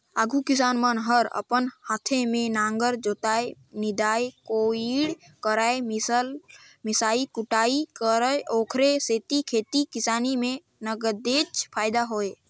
आघु किसान मन हर अपने हाते में नांगर जोतय, निंदई कोड़ई करयए मिसई कुटई करय ओखरे सेती खेती किसानी में नगदेच फायदा होय